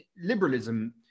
liberalism